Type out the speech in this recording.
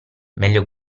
meglio